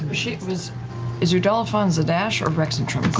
is is yudala fon zadash or rexxentrum?